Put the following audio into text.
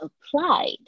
applied